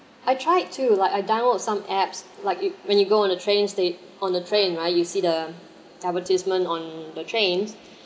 I tried to like I download some apps like when you go on the trains station on the train right you see the advertisement on the trains